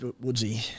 Woodsy